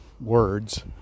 words